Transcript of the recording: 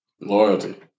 Loyalty